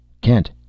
Kent